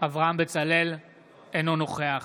אינו נוכח